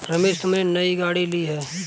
रमेश तुमने नई गाड़ी ली हैं